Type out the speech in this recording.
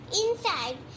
inside